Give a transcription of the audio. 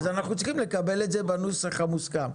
אז אנחנו צריכים לקבל את זה בנוסח המוסכם.